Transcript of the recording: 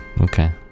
Okay